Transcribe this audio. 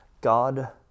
God